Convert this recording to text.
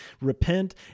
Repent